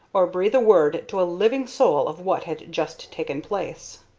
or breathe a word to a living soul of what had just taken place.